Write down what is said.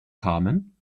kamen